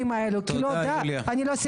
המילה אחריות כמובן לא מופיעה בחוק,